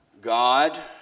God